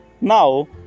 Now